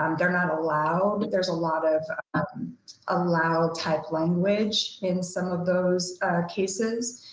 um they're not allowed. there's a lot of allow type language in some of those cases.